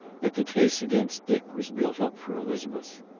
that the case against dick was built up for elizabeth.